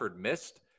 missed